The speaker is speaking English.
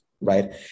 right